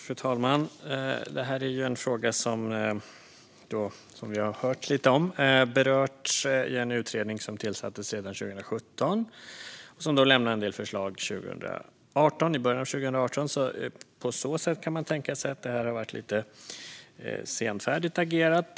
Fru talman! Det här är en fråga som vi har hört lite om. Den har berörts i en utredning som tillsattes redan 2017 och som lämnade en del förslag i början av 2018. På så sätt kan man tänka sig att det har varit lite senfärdigt agerat.